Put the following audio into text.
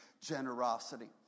generosity